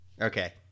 Okay